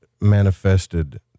manifested